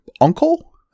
uncle